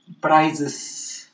prizes